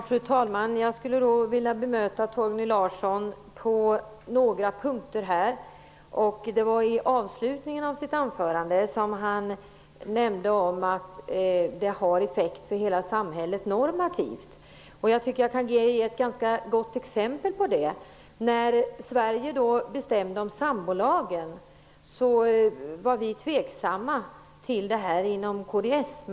Fru talman! Jag skulle vilja bemöta Torgny Larsson på några punkter. I avslutningen av sitt anförande nämnde han att detta har en normativ effekt för hela samhället. Jag kan ge ett ganska gott exempel. När Sverige skulle bestämma sig för en sambolag var vi inom kds tveksamma.